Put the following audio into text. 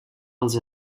els